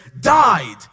died